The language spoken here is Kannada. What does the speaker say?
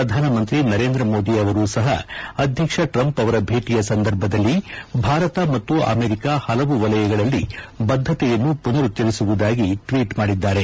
ಪ್ರಧಾನಮಂತ್ರಿ ನರೇಂದ್ರ ಮೋದಿ ಅವರೂ ಸಹ ಅಧ್ಯಕ್ಷ ಟ್ರಂಪ್ ಅವರ ಭೇಟಿಯ ಸಂದರ್ಭದಲ್ಲಿ ಭಾರತ ಮತ್ತು ಅಮೆಂಕ ಪಲವು ವಲಯಗಳಲ್ಲಿ ಬದ್ಧತೆಯನ್ನು ಪುನರುಚ್ಛರಿಸುವುದಾಗಿ ಟ್ವೀಟ್ ಮಾಡಿದ್ದಾರೆ